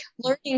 Learning